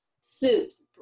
soups